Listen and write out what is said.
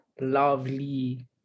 lovely